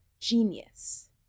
genius